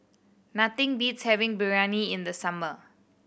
nothing beats having Biryani in the summer